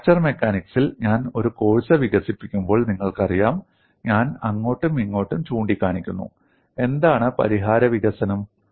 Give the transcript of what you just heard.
fracture മെക്കാനിക്സിൽ ഞാൻ ഒരു കോഴ്സ് വികസിപ്പിക്കുമ്പോൾ നിങ്ങൾക്കറിയാം ഞാൻ അങ്ങോട്ടും ഇങ്ങോട്ടും ചൂണ്ടിക്കാണിക്കുന്നു എന്താണ് പരിഹാര വികസനം